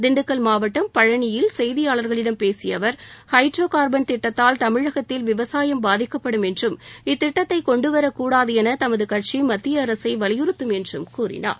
திண்டுக்கல் மாவட்டம் பழனியில் செய்தியாளர்களிடம் பேசிய அவர் ஹைட்ரோ கார்பன் திட்டத்தால் தமிழகத்தில் விவசாயம் பாதிக்கப்படும் என்றும் இத்திட்டத்தை கொண்டுவரக் கூடாது என தமது கட்சி மத்திய அரசை வலியுறுத்தும் என்றும் கூறினார்